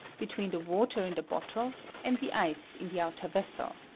between the water in the bottles and the ice in the outer vessel.